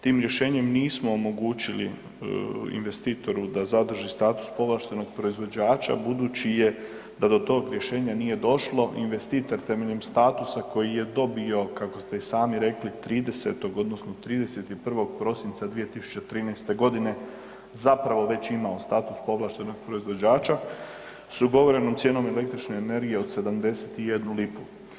Tim rješenjem nismo omogućili investitoru da zadrži status povlaštenog proizvođača budući je da do tog rješenja nije došlo investitor temeljem statusa koji dobio kako ste i sami rekli 30. odnosno 31. prosinca 2013. godine zapravo već imao status povlaštenog proizvođača s ugovorenom cijenom električne energije od 71 lipu.